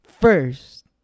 First